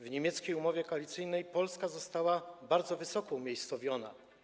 W niemieckiej umowie koalicyjnej Polska została bardzo wysoko umiejscowiona.